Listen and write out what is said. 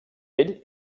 ell